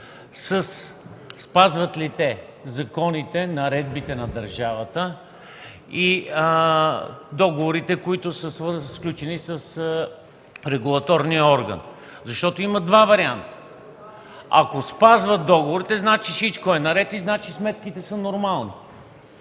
Спазват ли те законите, наредбите на държавата и договорите, които са сключени с регулаторния орган? Има два варианта. Ако спазват договорите, значи всичко е наред и сметките са нормални.